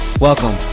Welcome